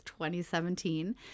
2017